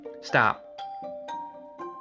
Stop